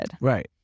Right